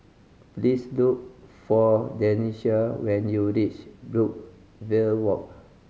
please look for Denisha when you reach Brookvale Walk